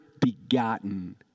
begotten